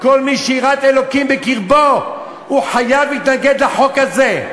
כל מי שיראת אלוקים בקרבו חייב להתנגד לחוק הזה,